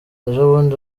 ejobundi